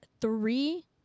three